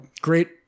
great